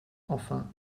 enfin